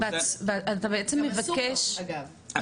גם אסור לו, אגב, להסתובב כאן.